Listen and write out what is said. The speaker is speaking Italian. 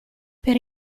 per